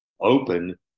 Open